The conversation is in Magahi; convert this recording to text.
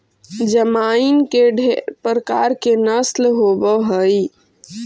जमाइन के ढेर प्रकार के नस्ल होब हई